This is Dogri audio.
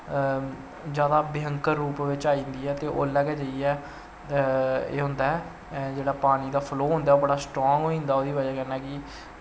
जादा भयंकर रूर बिच्च आई जंदी ऐ ते उसलै गै जाईयै एह् होंदा ऐ जेह्ड़ा पानी दा फ्लो होंदा ऐ ओह् स्ट्रांग होई जंदा ऐ ओह्दी बज़ह कन्नै कि